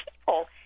people